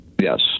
yes